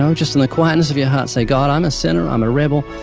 so just, in the quietness of your heart, say, god, i'm a sinner. i'm a rebel.